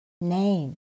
Name